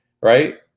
right